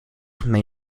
may